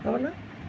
হ'বনে